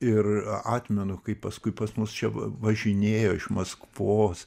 ir atmenu kaip pas kaip pas mus čia važinėjo iš maskvos